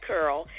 Curl